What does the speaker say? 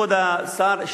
כבוד השר,